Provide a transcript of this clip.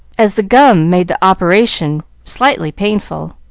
as the gum made the operation slightly painful.